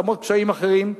למרות קשיים אחרים,